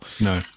No